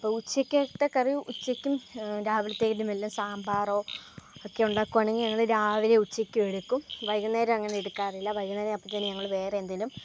ഉച്ചക്കത്തെ കറി ഉച്ചക്കും രാവിലത്തേക്കു വല്ല സാമ്പാറൊക്കെ ഉണ്ടാക്കുകയാണെങ്കിൽ ഞങ്ങൾ രാവിലെ ഉച്ചക്കുമെടുക്കും വൈകുന്നേരമങ്ങനെ എടുക്കാറില്ല വൈകുന്നേരം അപ്പത്തേനും ഞങ്ങൾ വേറെന്തെങ്കിലും